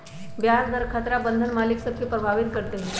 ब्याज दर खतरा बन्धन मालिक सभ के प्रभावित करइत हइ